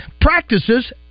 practices